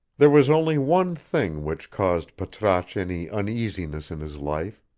there was only one thing which caused patrasche any uneasiness in his life,